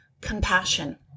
compassion